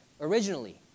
originally